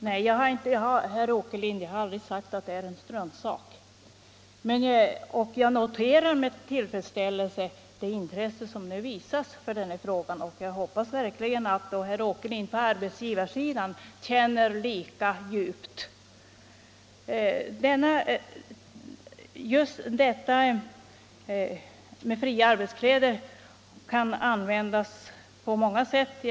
Fru talman! Nej, jag har aldrig, herr Åkerlind, sagt att det gäller en struntsak, och jag noterar med tillfredsställelse det intresse som nu visas för den här frågan. Jag hoppas verkligen att herr Åkerlind på arbetsgivarsidan känner lika djupt för den. Det förhållandet att arbetstagarna får fria arbetskläder kan användas på många sätt.